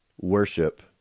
worship